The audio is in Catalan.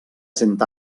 cent